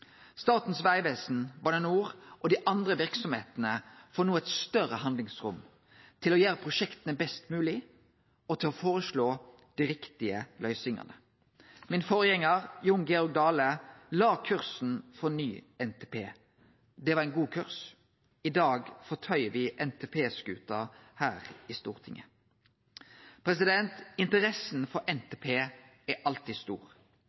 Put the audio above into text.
Statens vegvesen, Bane NOR og dei andre verksemdene får no eit større handlingsrom til å gjere prosjekta best mogleg og til å føreslå dei riktige løysingane. Forgjengaren min Jon Georg Dale la kursen for ny NTP. Det var ein god kurs. I dag fortøyer me NTP-skuta her i Stortinget. Interessa for NTP er alltid stor.